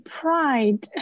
pride